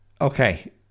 okay